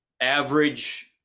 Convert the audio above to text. average